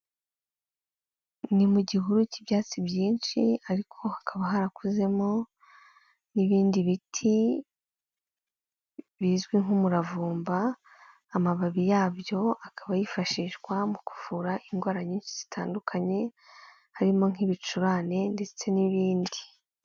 Ni mu gihuru cy'ibyatsi byinshi ariko hakaba harakuzemo n'ibindi biti bizwi nk'umuravumba, amababi yabyo akaba yifashishwa mu kuvura indwara nyinshi zitandukanye harimo nk'ibicurane ndetse n'ibindi.